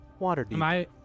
Waterdeep